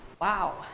wow